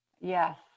Yes